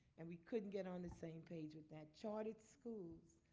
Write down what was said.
and we couldn't get on the same page with that. chartered schools.